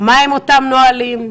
מה אותם נהלים,